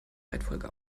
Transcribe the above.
reihenfolge